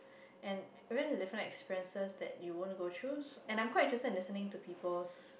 and very different experiences that you want to go through and I'm quite interested in listening to peoples